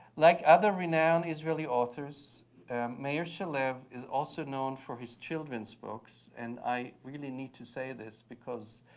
like other renowned israeli authors meir shalev is also known for his children's books, and i really need to say this because